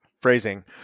Phrasing